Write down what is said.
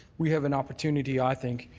we have an opportunity, i think,